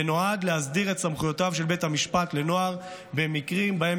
ונועד להסדיר את סמכויותיו של בית המשפט לנוער במקרים שבהם